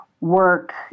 work